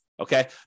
Okay